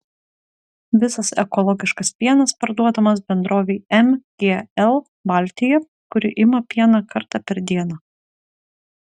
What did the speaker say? visas ekologiškas pienas parduodamas bendrovei mgl baltija kuri ima pieną kartą per dieną